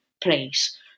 place